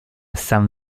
san